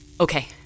Okay